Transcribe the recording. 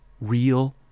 real